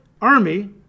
army